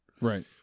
right